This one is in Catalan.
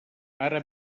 ara